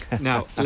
Now